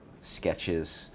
sketches